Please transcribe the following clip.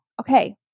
Okay